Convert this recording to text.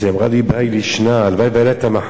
אז היא אמרה לי כהאי לישנא: הלוואי שהיתה לה המחלה,